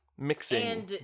mixing